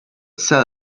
sell